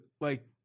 like-